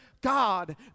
God